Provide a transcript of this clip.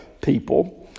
people